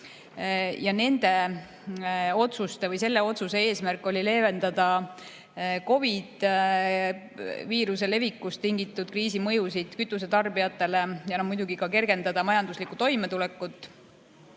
madalamal tasemel. Selle otsuse eesmärk oli leevendada COVID‑viiruse levikust tingitud kriisi mõjusid kütusetarbijatele ja muidugi ka kergendada majanduslikku toimetulekut.